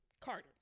Carter